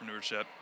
entrepreneurship